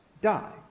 die